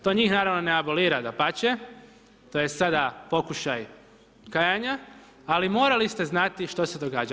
To njih naravno ne abolira, dapače, to je sada pokušaj kajanja, ali morali ste znati što se događa.